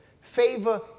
Favor